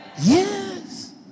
Yes